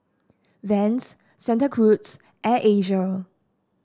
Vans Santa Cruz Air Asia